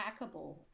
hackable